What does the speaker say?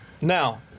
now